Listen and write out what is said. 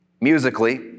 Musically